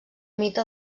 mite